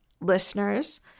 listeners